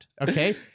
okay